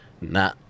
nah